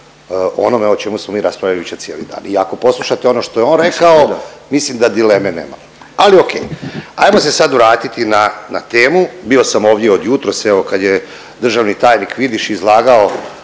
onome o čemu smo mi raspravili jučer cijeli dan i ako poslušate ono što je on rekao, mislim da dileme nema. Ali ok. Ajmo se sad vratiti na, na temu, bio sam ovdje od jutros evo kad je državni tajnik Vidiš izlagao